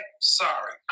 sorry